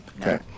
Okay